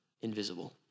invisible